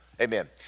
Amen